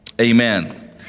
Amen